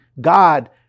God